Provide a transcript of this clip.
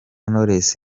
knowless